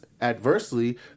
adversely